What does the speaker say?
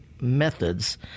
Methods